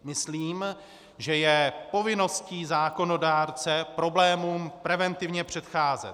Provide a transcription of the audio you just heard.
Myslím, že je povinností zákonodárce problémům preventivně předcházet.